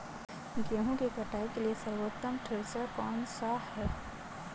गेहूँ की कुटाई के लिए सर्वोत्तम थ्रेसर कौनसा है?